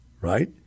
right